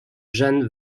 jan